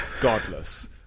godless